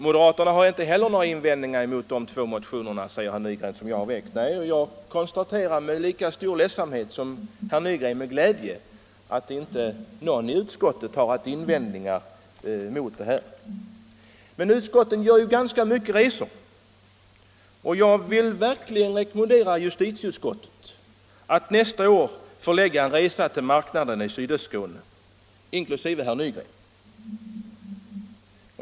Moderaterna i utskottet har inte heller haft några invändningar, säger herr Nygren, med anledning av de två motioner som jag har väckt. Nej, jag konstaterar med lika stor ledsnad som herr Nygren med glädje att inte någon i utskottet har haft invändningar. Men utskottet gör ju ganska många resor, och jag vill verkligen rekommendera justitieutskottet, inklusive herr Nygren, att nästa år förlägga en resa till marknaderna i Sydöstskåne.